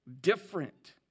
different